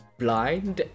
blind